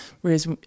whereas